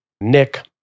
Nick